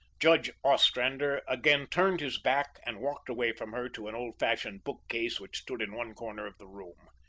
judge ostrander again turned his back and walked away from her to an old-fashioned bookcase which stood in one corner of the room.